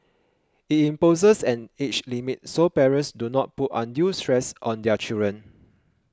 it imposes an age limit so parents do not put undue stress on their children